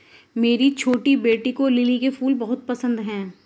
मेरी छोटी बेटी को लिली के फूल बहुत पसंद है